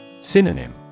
Synonym